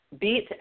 beat